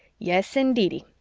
yes, indeedy.